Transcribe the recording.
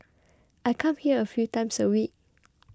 I come here a few times a week